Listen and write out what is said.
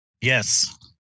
Yes